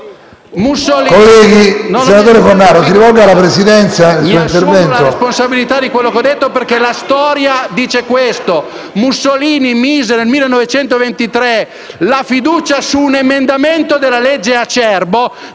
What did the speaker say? Colleghi! Senatore Fornaro, si rivolga alla Presidenza nel suo intervento.